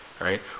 right